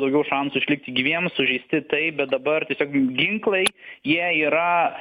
daugiau šansų išlikti gyviems sužeisti taip bet dabar tiesiog ginklai jie yra